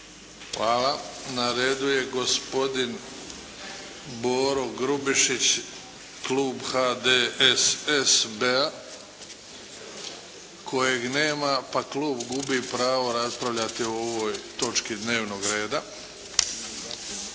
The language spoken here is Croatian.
Hvala. Na redu je gospodin Boro Grubišić, klub HDSSB-a kojeg nema, pa klub gubi pravo raspravljati o ovoj točki dnevnog reda.